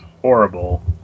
horrible